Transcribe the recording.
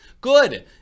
Good